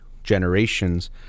generations